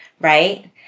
right